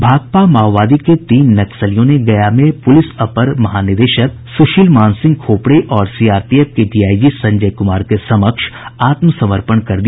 भाकपा माओवादी के तीन नक्सलियों ने गया में पुलिस अपर महानिदेशक सुशील मानसिंह खोपड़े और सीआरपीएफ के डीआईजी संजय कुमार के समक्ष आत्मसमर्पण कर दिया